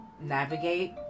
navigate